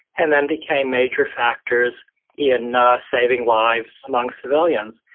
and then became major factors in saving lives among civilians.